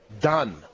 done